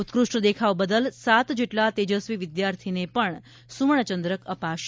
ઉત્કૃષ્ઠ દેખાવ બદલ સાત જેટલા તેજસ્વી વિદ્યાર્થીને સુવર્ણચંદ્રક પણ અપાશે